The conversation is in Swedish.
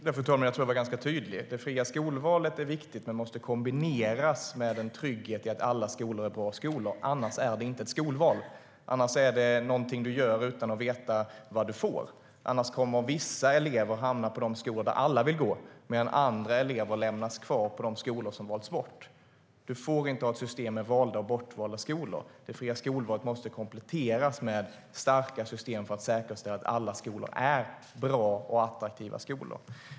Fru talman! Jag tror att jag var ganska tydlig. Det fria skolvalet är viktigt men måste kombineras med en trygghet i att alla skolor är bra. Annars är det inte ett skolval. Då är det något man gör utan att veta vad man får. Då kommer vissa elever att hamna på de skolor där alla vill gå medan andra lämnas kvar på de skolor som valts bort. Vi får inte ha ett system med valda och bortvalda skolor. Det fria skolvalet måste kompletteras med starka system för att säkerställa att alla skolor är bra och attraktiva.